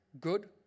Good